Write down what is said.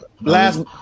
Last